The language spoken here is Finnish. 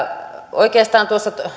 oikeastaan tuossa